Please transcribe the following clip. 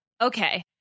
okay